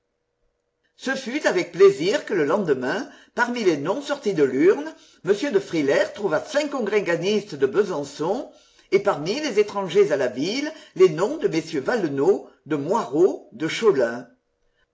ce fut avec plaisir que le lendemain parmi les noms sortis de l'urne m de frilair trouva cinq congréganistes de besançon et parmi les étrangers à la ville les noms de mm valenod de moirod de cholin